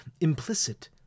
implicit